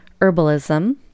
herbalism